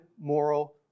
moral